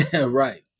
right